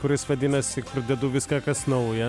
kuris vadinasi dedu viską kas nauja